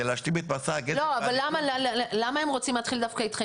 להשלים את מסע הגזל --- אבל למה הם רוצים להתחיל דווקא אתכם?